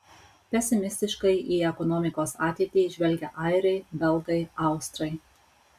pesimistiškai į ekonomikos ateitį žvelgia airiai belgai austrai